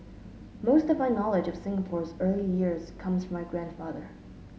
most of my knowledge of Singapore's early years comes from my grandfather